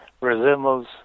resembles